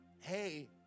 Hey